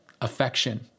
affection